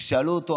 כששאלו אותו,